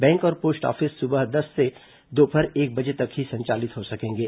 bank और post office सुबह दस बजे से दोपहर एक बजे तक ही संचालित हो सकेंगे